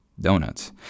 donuts